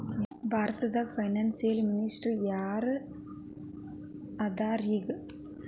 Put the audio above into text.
ಭಾರತದ finance minister ಯಾರ್ ಅದರ ಈಗ?